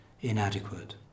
inadequate